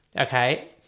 okay